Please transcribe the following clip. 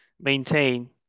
maintain